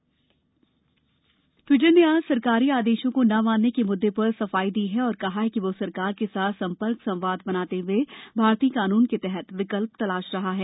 Twitter प्रतिक्रिया Twitter ने आज सरकारी आदेशों को न मानने के मुद्दे पर सफाई दी है और कहा कि वह सरकार के साथ संपर्क संवाद बनाते हए भारतीय कानून के तहत विकल्प तलाश रहा है